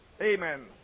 Amen